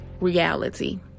reality